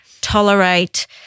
tolerate